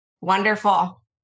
Wonderful